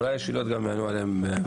אולי גם שאלות שיענו עליהן.